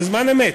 בזמן אמת,